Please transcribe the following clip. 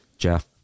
Jeff